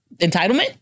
Entitlement